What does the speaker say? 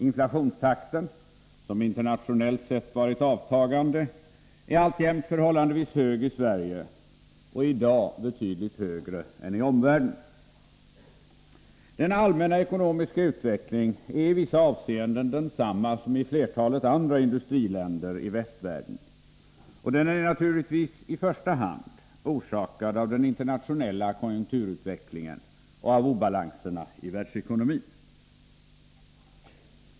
Inflationstakten, som internationellt sett varit avtagande, är alltjämt förhållandevis hög i Sverige och i dag betydligt högre än i omvärlden. Denna allmänna ekonomiska utveckling är i vissa avseenden densamma som i flertalet andra industriländer i västvärlden, och den är naturligtvis i första hand orsakad av den internationella konjunkturutvecklingen och av obalanserna i världsekonomin.